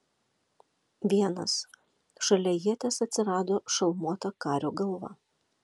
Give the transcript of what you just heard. vienas šalia ieties atsirado šalmuota kario galva